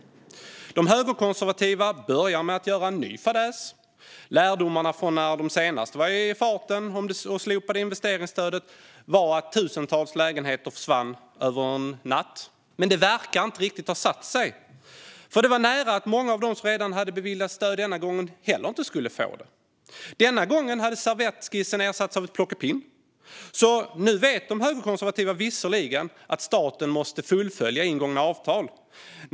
De högerkonservativa börjar med att göra en ny fadäs. Lärdomarna från när de senast var i farten och slopade investeringsstödet och tusentals lägenheter försvann över en natt verkar inte riktigt ha satt sig. Det var även denna gång nära att många av dem som redan beviljats stöd inte skulle få det. Denna gång hade servettskissen ersatts av ett plockepinn. Nu vet de högerkonservativa visserligen att staten måste fullfölja ingångna avtal.